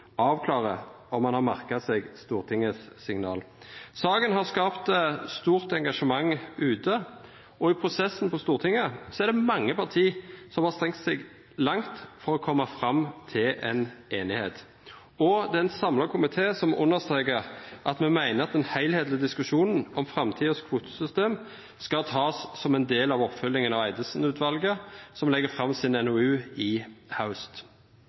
om han har merka seg signala frå Stortinget. Saka har skapa stort engasjement ute, og i prosessen på Stortinget er det mange parti som har strekt seg langt for å koma fram til ei einigheit. Og det er ein samla komité som understrekar at me meiner at den heilskaplege diskusjonen om framtidas kvotesystem skal takast som ein del av oppfølginga av Eidesen-utvalet, som legg fram si NOU i haust.